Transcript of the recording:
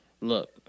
Look